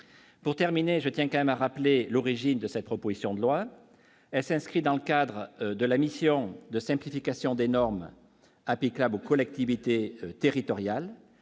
pour terminer, je tiens quand même à rappeler l'origine de cette proposition de loi, elle s'inscrit dans le cadre de la mission de simplification des normes applicables aux collectivités territoriales,